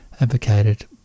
advocated